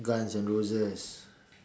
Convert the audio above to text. guns and roses